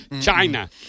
China